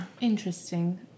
Interesting